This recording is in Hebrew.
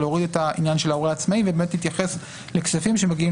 להוריד את עניין ההורה העצמאי ולהתייחס לכספים שמגיעים